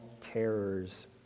terrors